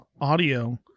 audio